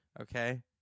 Okay